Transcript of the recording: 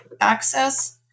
access